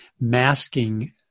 masking